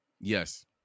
Yes